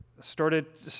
started